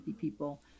people